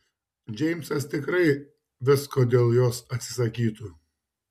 džeimsas tikrai visko dėl jos atsisakytų